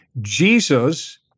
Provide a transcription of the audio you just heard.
Jesus